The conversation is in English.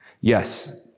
Yes